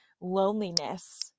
loneliness